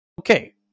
Okay